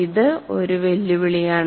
ഇത് ഒരു വെല്ലുവിളിയാണ്